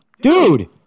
Dude